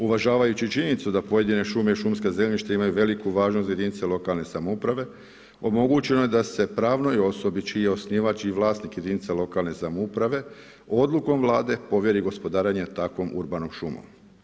Uvažavajući činjenicu da pojedine šume i šumska zemljišta imaju veliku važnost za jedinice lokalne samouprave omogućeno je da se pravnoj osobi čiji je osnivač i vlasnik jedinica lokalne samouprave odlukom Vlade povjeri gospodarenje takvom urbanom šumom.